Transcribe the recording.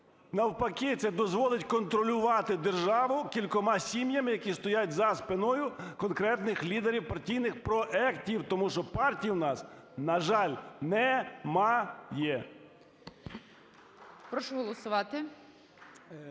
Навпаки, це дозволить контролювати державу кількома сім'ями, які стоять за спиною конкретних лідерів партійних проектів. Тому що партій у нас, на жаль, немає.